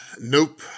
Nope